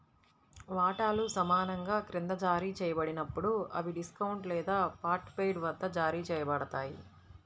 వాటాలు సమానంగా క్రింద జారీ చేయబడినప్పుడు, అవి డిస్కౌంట్ లేదా పార్ట్ పెయిడ్ వద్ద జారీ చేయబడతాయి